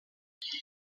six